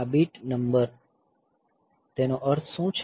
આ bit number તેનો અર્થ શું છે